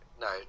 No